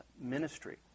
ministry